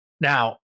Now